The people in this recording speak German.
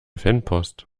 fanpost